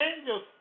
angels